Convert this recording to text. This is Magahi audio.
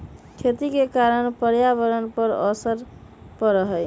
खेती के कारण पर्यावरण पर असर पड़ा हई